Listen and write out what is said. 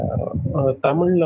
Tamil